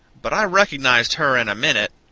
but i recognized her in a minute,